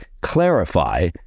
clarify